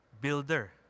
builder